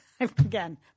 Again